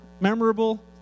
Memorable